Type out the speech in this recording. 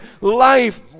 life